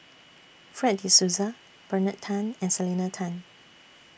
Fred De Souza Bernard Tan and Selena Tan